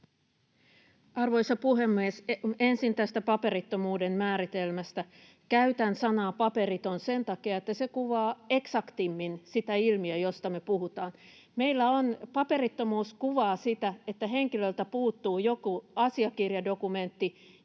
Arvoisa puhemies! Ensin tästä paperittomuuden määritelmästä. Käytän sanaa paperiton sen takia, että se kuvaa eksaktimmin sitä ilmiötä, josta me puhutaan. Paperittomuus kuvaa sitä, että henkilöltä puuttuu joku asiakirjadokumentti,